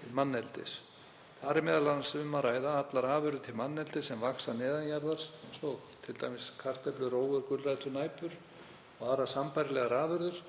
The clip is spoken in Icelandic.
til manneldis. Þar er m.a. um að ræða allar afurðir til manneldis sem vaxa neðan jarðar, eins og t.d. kartöflur, rófur, gulrætur, næpur og aðrar sambærilegar afurðir.